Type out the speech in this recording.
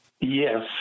Yes